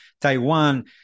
Taiwan